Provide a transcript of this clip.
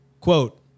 quote